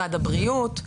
במשרד הבריאות.